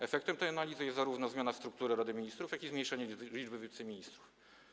Efektem tej analizy jest zarówno zmiana struktury Rady Ministrów, jak i zmniejszenie liczby wiceministrów.